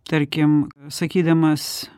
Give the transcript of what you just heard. tarkim sakydamas